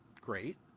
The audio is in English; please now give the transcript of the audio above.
Great